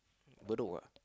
Bedok what